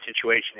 situation